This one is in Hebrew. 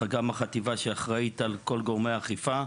גם החטיבה שאחראית על כל גורמי האכיפה,